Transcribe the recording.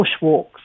bushwalks